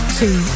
two